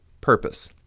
purpose